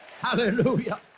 Hallelujah